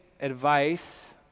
advice